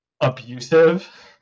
abusive